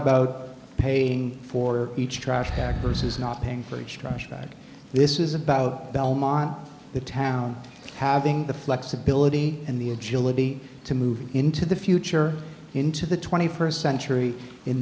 about paying for each trash packers is not paying for it this is about belmont the town having the flexibility and the agility to move into the future into the twenty first century in